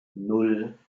nan